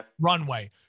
runway